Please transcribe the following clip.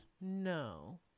No